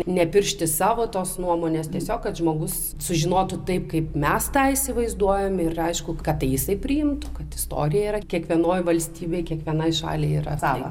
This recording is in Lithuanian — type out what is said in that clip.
nepiršti savo tos nuomonės tiesiog kad žmogus sužinotų taip kaip mes tą įsivaizduojam ir aišku kad tai jisai priimtų kad istorija yra kiekvienoj valstybėj kiekvienai šaliai yra savo